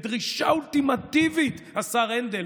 בדרישה אולטימטיבית, השר הנדל.